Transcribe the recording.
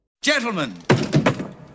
Gentlemen